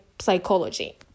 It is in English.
Psychology